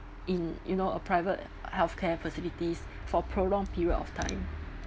in you know a private healthcare facilities for prolonged period of time